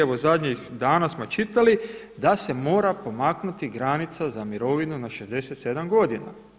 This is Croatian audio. Evo zadnjih danas smo čitali da se mora pomaknuti granica za mirovinu na 67 godina.